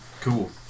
cool